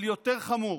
אבל יותר חמור,